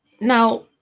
now